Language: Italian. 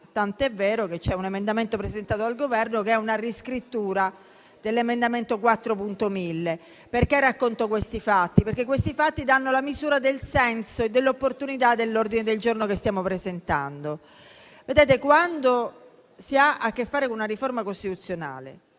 tant'è vero che un emendamento presentato dal Governo è una riscrittura dell'emendamento 4.1000. Racconto questi fatti, perché danno la misura del senso e dell'opportunità dell'ordine del giorno che stiamo presentando. Quando si ha a che fare con una riforma costituzionale,